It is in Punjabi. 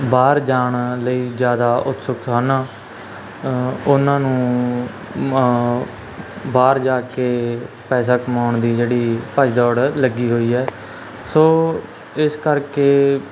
ਬਾਹਰ ਜਾਣ ਲਈ ਜ਼ਿਆਦਾ ਉਤਸੁਕ ਹਨ ਅ ਉਹਨਾਂ ਨੂੰ ਬਾਹਰ ਜਾ ਕੇ ਪੈਸਾ ਕਮਾਉਣ ਦੀ ਜਿਹੜੀ ਭੱਜ ਦੌੜ ਲੱਗੀ ਹੋਈ ਹੈ ਸੋ ਇਸ ਕਰਕੇ